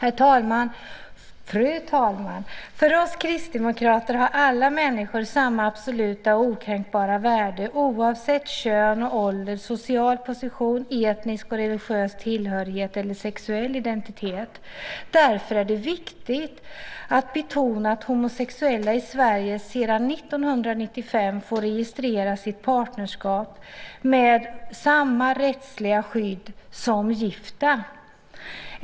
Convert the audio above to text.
Fru talman! För oss kristdemokrater har alla människor samma absoluta och okränkbara värde oavsett kön, ålder, social position, etnisk och religiös tillhörighet eller sexuell identitet. Därför är det viktigt att betona att homosexuella i Sverige sedan år 1995 får registrera sitt partnerskap med samma rättsliga skydd som gifta.